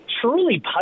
truly